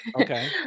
Okay